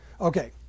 Okay